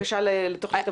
בקשה לתוכנית עבודה?